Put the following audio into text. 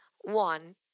One